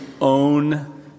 own